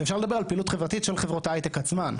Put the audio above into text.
ואפשר לדבר על פעילות חברתית של חברות ההייטק עצמן.